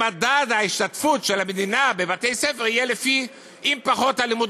שמדד ההשתתפות של המדינה בבתי-ספר יהיה לפי: אם פחות אלימות,